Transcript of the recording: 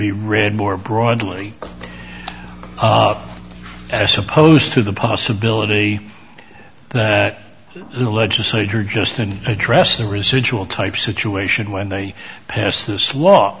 be read more broadly as opposed to the possibility that the legislature just an address the residual type situation when they pass this law